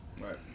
Right